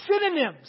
synonyms